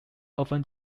often